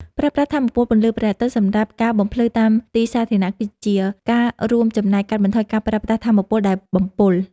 ប្រើប្រាស់ថាមពលពន្លឺព្រះអាទិត្យសម្រាប់ការបំភ្លឺតាមទីសាធារណៈគឺជាការរួមចំណែកកាត់បន្ថយការប្រើប្រាស់ថាមពលដែលបំពុល។